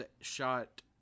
shot